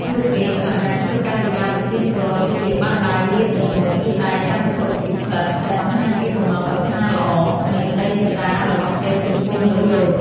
ពួកគេក៏អាច ធ្វើកាយវិការប្រទានពរ ដូចជាបាតដៃលាទៅមុខ ឬដៃកាន់វត្ថុពិសិដ្ឋ ដែលបង្ហាញពីបំណងប្រាថ្នាល្អ និងក្ដីមេត្តារបស់ទេពចំពោះមនុស្សលោក។